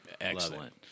Excellent